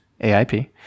AIP